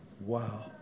Wow